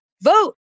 vote